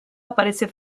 aparece